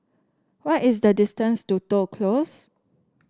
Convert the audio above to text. what is the distance to Toh Close